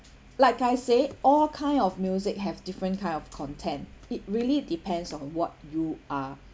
like I said all kind of music have different kind of content it really depends on what you are